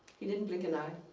he didn't blink an eye.